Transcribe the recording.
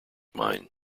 mine